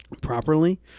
properly